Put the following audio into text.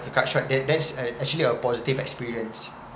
to cut short it that's a actually a positive experience